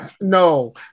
No